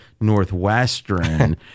Northwestern